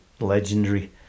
legendary